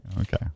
Okay